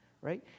right